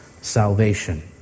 Salvation